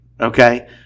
okay